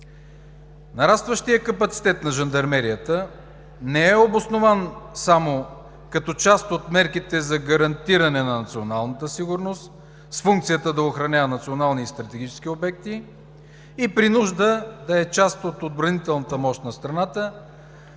Нарастващият капацитет на жандармерията не е обоснован само като част от мерките за гарантиране на националната сигурност с функцията да охранява национални и стратегически обекти и при нужда да е част от отбранителната мощ на страната,